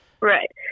Right